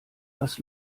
was